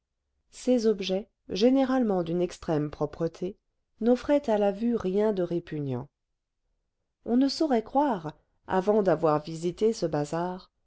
ces objets généralement d'une extrême propreté n'offraient à la vue rien de répugnant on ne saurait croire avant d'avoir visité ce bazar